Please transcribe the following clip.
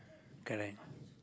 correct